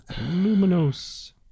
luminous